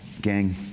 gang